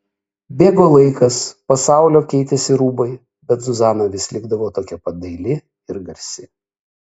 bėgo laikas pasaulio keitėsi rūbai bet zuzana vis likdavo tokia pat daili ir garsi